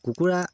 কুকুৰা